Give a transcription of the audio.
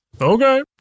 Okay